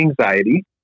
anxiety